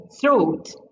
throat